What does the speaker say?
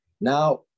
Now